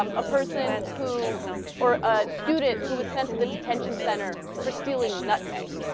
um a person who or ah student who was sent to the detention center for stealing nutmeg